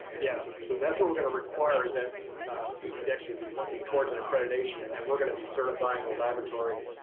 yeah, so that's what we're gonna require is that you can actually be working towards an accreditation. and that we're gonna be certifying the laboratory